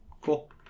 Cool